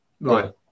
Right